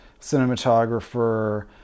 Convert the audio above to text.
cinematographer